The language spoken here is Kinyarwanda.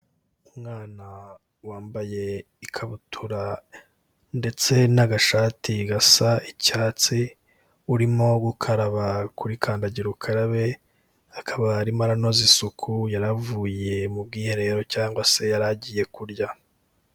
Umwana wambaye ikabutura ndetse n'agashati gasa icyatsi, urimo gukaraba kuri kandagira ukarabe, akaba arimo anoza isuku yari avuye mu bwiherero cyangwa se yari agiye kurya.